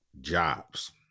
jobs